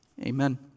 amen